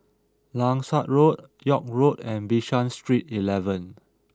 Langsat Road York Road and Bishan Street eleven